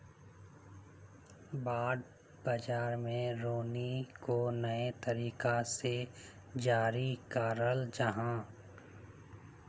bond बाज़ार में रीनो को नए तरीका से जारी कराल जाहा